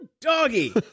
Doggy